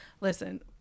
Listen